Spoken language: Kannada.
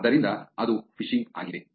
ಆದ್ದರಿಂದ ಅದು ಫಿಶಿಂಗ್ ಆಗಿದೆ